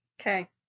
Okay